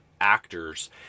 actors